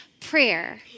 Prayer